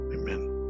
Amen